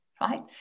right